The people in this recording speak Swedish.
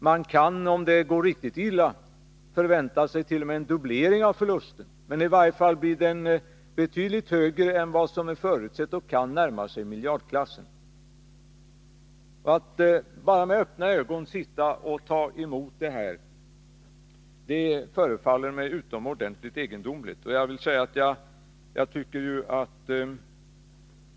Man kan, om det går riktigt illa, t.o.m. vänta sig en dubblering av förlusten. I varje fall blir den betydligt högre än vad som är förutsett och kan närma sig miljardklassen. Att med öppna ögon ta emot det förefaller mig utomordentligt egendomligt.